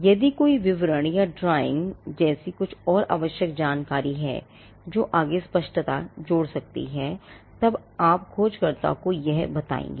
यदि कोई विवरण या ड्राइंग जैसी कुछ और आवश्यक जानकारी है जो आगे स्पष्टता जोड़ सकती है तब आप खोजकर्ता को यह बताएंगे